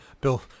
Bill